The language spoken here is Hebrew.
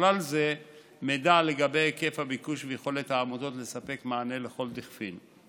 ובכלל זה מידע לגבי היקף הביקוש ויכולת העמותות לספק מענה לכל דכפין.